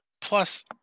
Plus